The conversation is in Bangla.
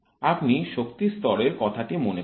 আপনি শক্তির স্তরের কথাটি মনে করুন